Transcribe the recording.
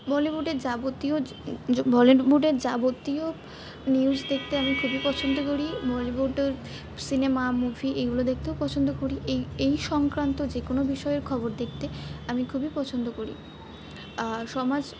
বলিউডের যাবতীয় বলিউডের যাবতীয় নিউজ দেখতে আমি খুবই পছন্দ করি বলিউড সিনেমা মুভি এইগুলো দেখতেও পছন্দ করি এই এই সংক্রান্ত যে কোনো বিষয়ের খবর দেখতে আমি খুবই পছন্দ করি সমাজ